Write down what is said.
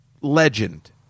legend